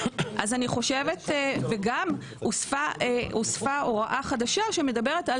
אני חושבת --- וגם הוספה הוראה חדשה שמדברת על